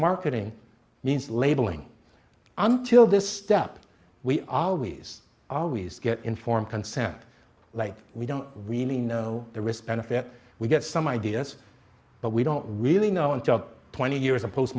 marketing means labeling until this step we are always always get informed consent like we don't really know the risks and that we get some ideas but we don't really know until twenty years of post